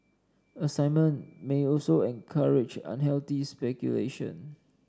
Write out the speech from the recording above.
assignment may also encourage unhealthy speculation